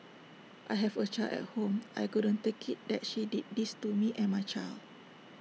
I have A child at home I couldn't take IT that she did this to me and my child